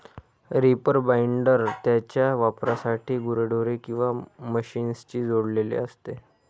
reaper binder त्याच्या वापरासाठी गुरेढोरे किंवा मशीनशी जोडलेले असते